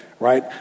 right